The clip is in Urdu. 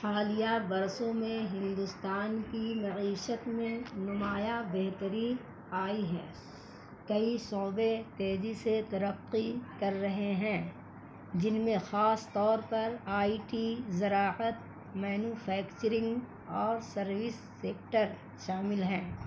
حالیہ برسوں میں ہندوستان کی معیشت میں نمایاں بہتری آئی ہے کئی شعبے تیزی سے ترقی کر رہے ہیں جن میں خاص طور پر آئی ٹی زراعت مینوفیکچرنگ اور سروس سیکٹر شامل ہیں